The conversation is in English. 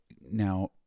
Now